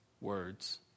words